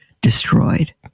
destroyed